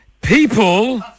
People